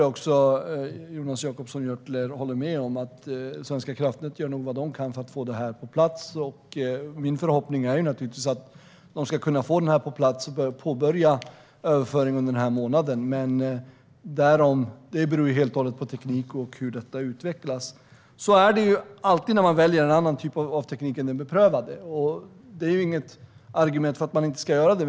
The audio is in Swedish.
Jag tror att Jonas Jacobsson Gjörtler kan hålla med om att Svenska kraftnät nog gör vad man kan för få det hela på plats. Min förhoppning är naturligtvis att Svenska kraftnät ska kunna få detta på plats och påbörja överföringen den här månaden, men det beror helt på teknik och på hur det hela utvecklas. Så är det alltid när man väljer en annan typ av teknik än den beprövade, och det är inget argument för att man inte ska göra det.